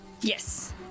Yes